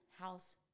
house